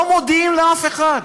לא מודיעים לאף אחד,